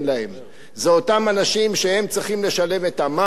אותם אנשים שצריכים לשלם את המע"מ עכשיו,